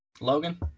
Logan